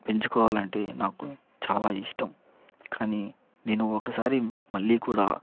పెంచుకోవాలంటే నాకు చాలా ఇష్టం కాని నేను ఒకసారి మళ్లీ కూడా